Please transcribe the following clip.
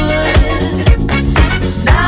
Now